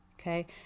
Okay